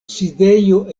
sidejo